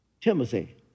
Timothy